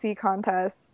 contest